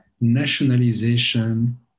nationalization